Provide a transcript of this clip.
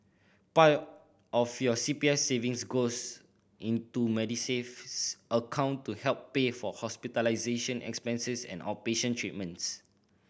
part of your C P F savings goes into Medisave account to help pay for hospitalization expenses and outpatient treatments